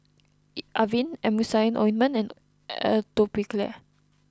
Avene Emulsying Ointment and Atopiclair